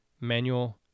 manual